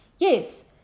Yes